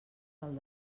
del